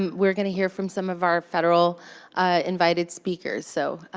we're going to hear from some of our federal invited speakers. so,